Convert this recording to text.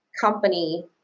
company